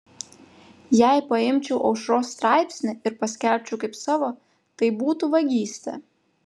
jei paimčiau aušros straipsnį ir paskelbčiau kaip savo tai būtų vagystė